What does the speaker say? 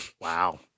Wow